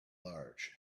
large